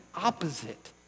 opposite